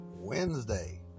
Wednesday